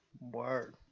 word